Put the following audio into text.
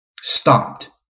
stopped